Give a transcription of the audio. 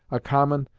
a common,